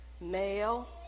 Male